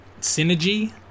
synergy